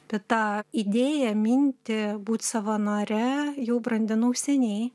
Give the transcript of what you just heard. bet tą idėją mintį būt savanore jau brandinau seniai